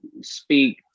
speak